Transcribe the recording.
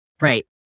Right